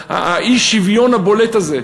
האי-שוויון הבולט הזה.